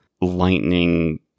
lightning